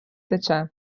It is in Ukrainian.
тече